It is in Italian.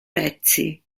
pezzi